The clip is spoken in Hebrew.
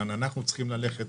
לאן אנחנו צריכים ללכת,